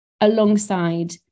alongside